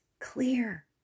clear